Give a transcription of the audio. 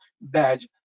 badge